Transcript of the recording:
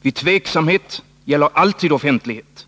Vid tveksamhet gäller alltid offentlighet.